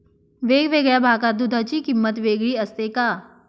वेगवेगळ्या भागात दूधाची किंमत वेगळी असते का?